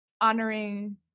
honoring